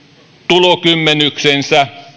tulokymmenyksensä